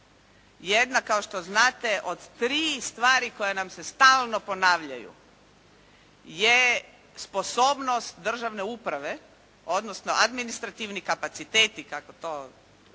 Jedna kao što znate od tri stvari koje nam se stalno ponavljaju je sposobnost državne uprave, odnosno administrativni kapaciteti kako to tehnički